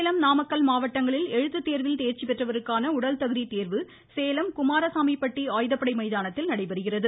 சேலம் நாமக்கல் மாவட்டங்களில் எழுத்து தேர்வில் தேர்ச்சி பெற்றவருக்கான உடல் தகுதி தேர்வு சேலம் குமாரசாமிபட்டி ஆயுதப்படை மைதானத்தில் நடைபெறுகிறது